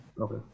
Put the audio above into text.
Okay